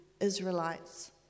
Israelites